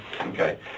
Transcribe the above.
Okay